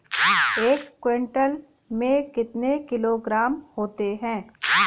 एक क्विंटल में कितने किलोग्राम होते हैं?